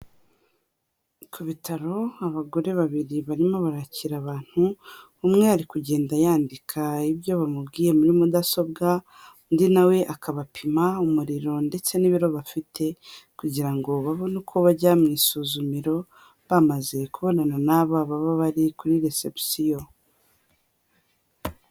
Ku bitaro abagore babiri barimo barakira abantu, umwe ari kugenda yandika ibyo bamubwiye muri mudasobwa, undi na we akabapima umuriro ndetse n'ibiro bafite kugira ngo babone uko bajya mu isuzumiro bamaze kubonana naba baba bari kuri resebusiyo.